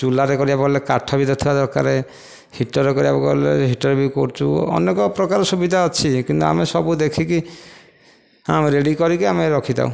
ଚୁଲାରେ କରିବାକୁ ଗଲେ କାଠ ବି ଥିବା ଦରକାର ହିଟରରେ କରିବାକୁ ଗଲେ ହିଟରରେ ବି କରୁଛୁ ଅନେକ ପ୍ରକାର ସୁବିଧା ଅଛି କିନ୍ତୁ ଆମେ ସବୁ ଦେଖିକି ଆଉ ରେଡ଼ି କରିକି ଆମେ ରଖିଥାଉ